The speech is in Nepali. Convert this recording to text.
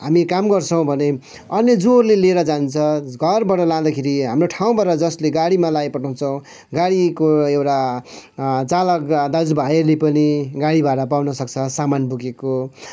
हामी काम गर्छौँ भने अन्य जोहरूले लिएर जान्छ घरबाट लाँदाखेरि हाम्रो ठाँउबाट जसले गाडीमा लगाइ पठाउँछ गाडीको एउटा चालक दाजु भाइहरूले पनि गाडी भाडा पाउन सक्छ सामान बोकेको